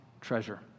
treasure